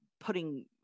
putting